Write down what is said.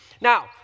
Now